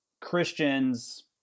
Christians